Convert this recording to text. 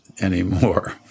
anymore